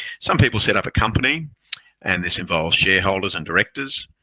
some people set up a company and this involves shareholders and directors